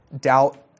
doubt